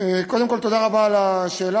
קודם כול תודה רבה על השאלה,